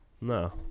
no